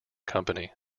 company